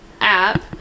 app